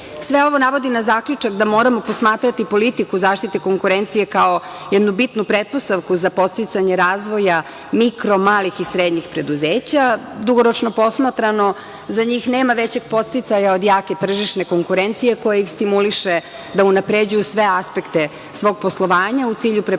ovo navodi na zaključak da moramo posmatrati politiku zaštite konkurencije kao jednu bitnu pretpostavku za podsticanje razvoja mikro, malih i srednjih preduzeća. Dugoročno posmatrano za njih nema većeg podsticaja od jake tržišne konkurencije koja ih stimuliše da unapređuju sve aspekte svog poslovanja u cilju prepoznavanja